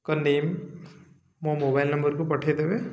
name ମୋ mobile ନମ୍ବର୍କୁ ପଠେଇ ଦେବେ